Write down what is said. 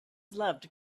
loved